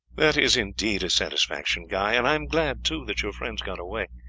that is indeed a satisfaction, guy and i am glad, too, that your friends got away.